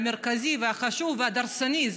המרכזי והחשוב והדורסני,